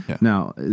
Now